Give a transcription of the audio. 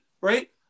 right